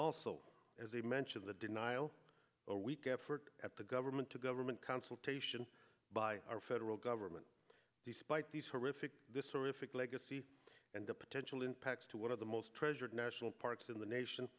also as a mention of the denial or weak effort at the government to government consultation by our federal government despite these horrific this horrific legacy and the potential impacts to one of the most treasured national parks in the nation